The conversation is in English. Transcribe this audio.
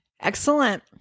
Excellent